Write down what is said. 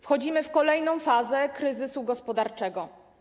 Wchodzimy w kolejną fazę kryzysu gospodarczego.